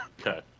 Okay